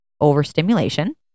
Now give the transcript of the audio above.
overstimulation